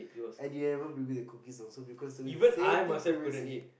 and you haven't being me the cookies also because we were in the same team previously